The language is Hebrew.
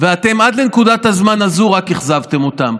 ואתם עד לנקודת הזמן הזו רק אכזבתם אותם.